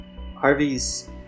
Harvey's